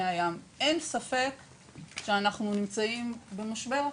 הים אין ספק שאנחנו נמצאים במשבר,